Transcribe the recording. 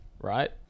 right